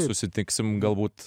susitiksim galbūt